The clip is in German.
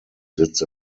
sitzt